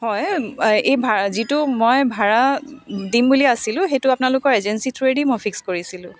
হয় এই ভা যিটো মই ভাৰা দিম বুলি আছিলোঁ সেইটো আপোনালোকৰ এজেঞ্চি থ্ৰুৱেদি মই ফিক্স কৰিছিলোঁ